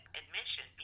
admission